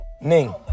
Ning